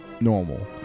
normal